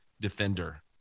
Defender